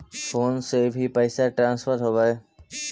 Phone से भी पैसा ट्रांसफर होवहै?